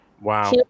Wow